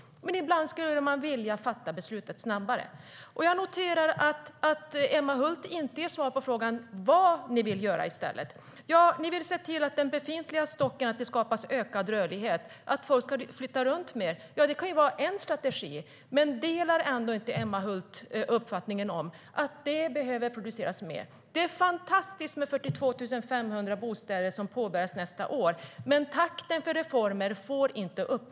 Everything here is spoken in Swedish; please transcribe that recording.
Men ibland skulle man vilja fatta beslut snabbare. Jag noterar att Emma Hult inte ger svar på frågan om vad ni vill göra i stället. Ni vill se till att det skapas ökad rörlighet i den befintliga stocken och att folk ska flytta runt mer. Det kan vara en strategi. Men delar inte Emma Hult uppfattningen att det behöver produceras mer? Det är fantastiskt att byggandet av 42 500 bostäder påbörjas nästa år. Men takten för reformer får inte minska.